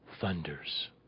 Thunders